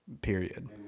period